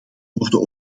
worden